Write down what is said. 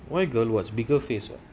why girl watch bigger face [what]